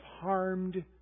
harmed